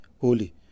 holy